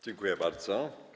Dziękuję bardzo.